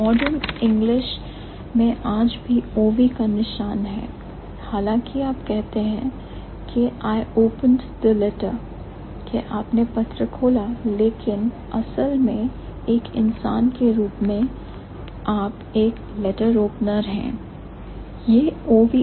modern English में आज भी OV का ट्रेस या निशान है हालांकि आप कहते हैं के "I opened the letter" क्या आपने पत्र खोला लेकिन असल में एक इंसान के रूप में आप एक "letter opener" हैं